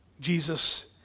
Jesus